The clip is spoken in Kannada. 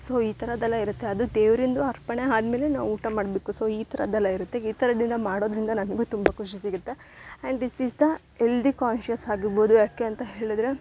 ಸೊ ಈ ಥರದೆಲ್ಲ ಇರುತ್ತೆ ಅದು ದೇವರಿಂದು ಅರ್ಪಣೆ ಆದ್ಮೇಲೆ ನಾವು ಊಟ ಮಾಡಬೇಕು ಸೊ ಈ ಥರದೆಲ್ಲ ಇರುತ್ತೆ ಈ ಥರದಿಂದ ಮಾಡೋದ್ರಿಂದ ನನಗು ತುಂಬ ಖುಷಿ ಸಿಗುತ್ತೆ and this is the healthy conscious ಆಗಿರ್ಬೌದು ಯಾಕೆ ಅಂತ ಹೇಳಿದ್ರೆ